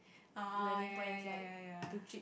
uh ya ya ya ya ya